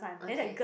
okay